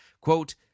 Quote